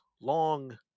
long